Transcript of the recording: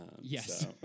Yes